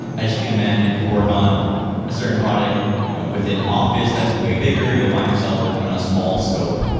as you can imagine, if you work on a certain product you know within office that's way bigger, you'll find yourself working on a small scope.